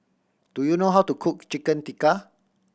do you know how to cook Chicken Tikka